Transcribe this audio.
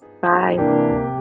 Bye